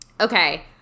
okay